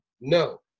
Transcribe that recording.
No